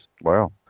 Wow